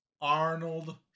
Arnold